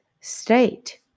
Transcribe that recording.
state